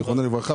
זיכרונו לברכה.